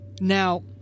Now